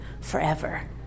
forever